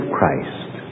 Christ